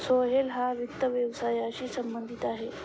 सोहेल हा वित्त व्यवसायाशी संबंधित आहे